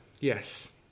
Yes